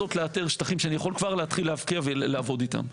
לנסות לאתר שטחים שאני יכול כבר להתחיל להפקיע ולעבוד איתם.